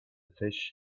fish